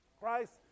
Christ